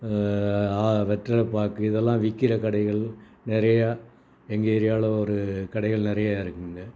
வெற்றிலை பாக்கு இதெல்லாம் விற்கிற கடைகள் நிறையா எங்கள் ஏரியாவில ஒரு கடைகள் நிறையா இருக்குதுங்க